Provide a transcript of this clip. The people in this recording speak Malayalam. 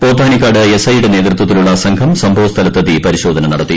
പോത്താനിക്കാട് എസ് ഐയുടെ നേതൃത്വത്തിലുള്ള സംഘം സംഭവ സ്ഥലത്തെത്തി പരിശോധന നടത്തി